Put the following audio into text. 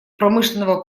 промышленного